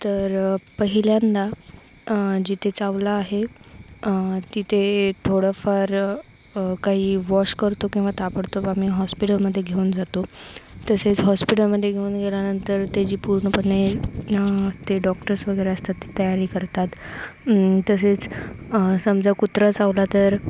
तर पहिल्यांदा जिथे चावला आहे तिथे थोडंफार काही वॉश करतो किंवा ताबडतोब आम्ही हॉस्पिटलमध्ये घेऊन जातो तसेच हॉस्पिटलमध्ये घेऊन गेल्यानंतर ते जी पूर्णपणे ते डॉक्टर्स वगैरे असतात ते तयारी करतात तसेच समजा कुत्रा चावला तर